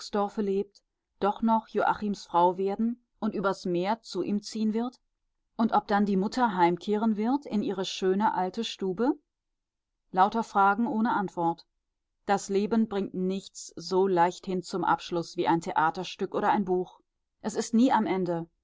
lebt doch noch joachims frau werden und übers meer zu ihm ziehen wird und ob dann die mutter heimkehren wird in ihre schöne alte stube lauter fragen ohne antwort das leben bringt nichts so leichthin zum abschluß wie ein theaterstück oder ein buch es ist nie am ende